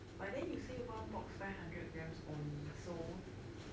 but then you say one box five hundred grams only so